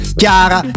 chiara